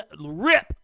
rip